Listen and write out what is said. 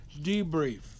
debrief